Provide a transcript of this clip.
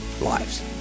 lives